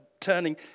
turning